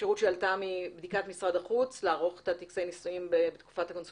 לאפשרות שעלתה מבדיקת משרד החוץ לערוך את טקסי הנישואים בתקופת הקורונה